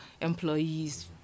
employees